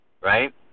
right